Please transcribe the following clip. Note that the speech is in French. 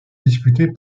disputés